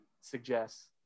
suggests